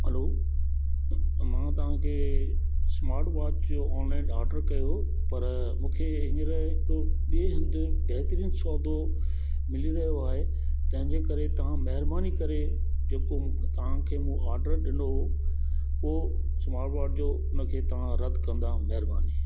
हलो मां तव्हां खे स्मार्ट वॉच जो ऑनलाइन ऑडर कयो पर मूंखे हींअर त ॿिए हंधि बहितरीन सौदो मिली वियो आहे तंहिंजे करे तव्हां महिरबानी करे जेको तव्हां खे हो ऑडर ॾिनो हो स्मार्ट वॉच जो उन खे तव्हां रदि कंदा महिरबानी